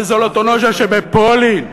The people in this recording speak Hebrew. בזולוטונושה שבפולין.